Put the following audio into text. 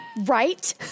right